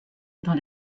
dans